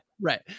Right